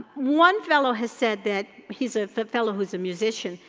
one fellow has said that, he's a fellow who's a musician,